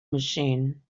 machine